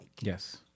Yes